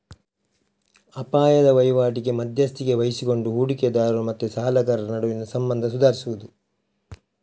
ಅಪಾಯದ ವೈವಾಟಿಗೆ ಮಧ್ಯಸ್ಥಿಕೆ ವಹಿಸಿಕೊಂಡು ಹೂಡಿಕೆದಾರರು ಮತ್ತೆ ಸಾಲಗಾರರ ನಡುವಿನ ಸಂಬಂಧ ಸುಧಾರಿಸುದು